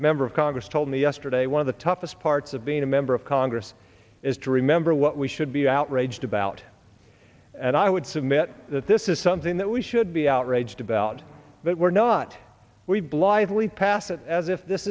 member of congress told me yesterday one of the toughest parts of being a member of congress is to remember what we should be outraged about and i would submit that this is something that we should be outraged about but we're not we blithely pass it as if this